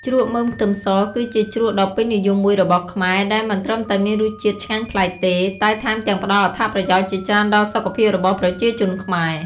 ជ្រក់មើមខ្ទឹមស គឺជាជ្រក់ដ៏ពេញនិយមមួយរបស់ខ្មែរ ដែលមិនត្រឹមតែមានរសជាតិឆ្ងាញ់ប្លែកទេ តែថែមទាំងផ្តល់អត្ថប្រយោជន៍ជាច្រើនដល់សុខភាពរបស់ប្រជាជនខ្មែរ។